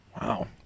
wow